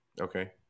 Okay